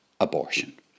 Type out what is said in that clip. abortion